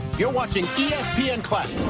you're watching and classic.